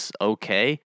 okay